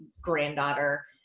granddaughter